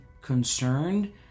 concerned